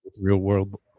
Real-world